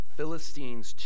Philistines